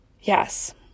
Yes